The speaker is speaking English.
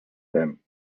them